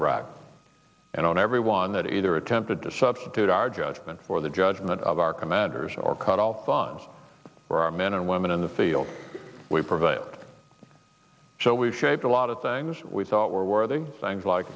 iraq and on every one that either attempted to substitute our judgment for the judgment of our commanders or cut off funds for our men and women in the field we prevailed so we shaped a lot of things we thought were worthy things like